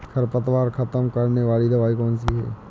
खरपतवार खत्म करने वाली दवाई कौन सी है?